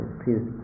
please